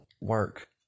work